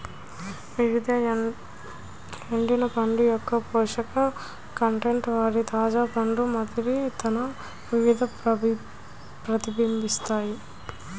వివిధ ఎండిన పండ్ల యొక్కపోషక కంటెంట్ వాటి తాజా పండ్ల మాదిరి తన విధాన ప్రతిబింబిస్తాయి